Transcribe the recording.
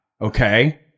okay